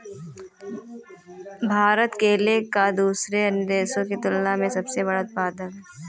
भारत केले का दूसरे अन्य देशों की तुलना में सबसे बड़ा उत्पादक है